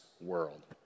world